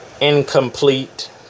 incomplete